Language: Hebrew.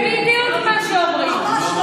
זה בדיוק מה שאומרים.